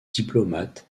diplomate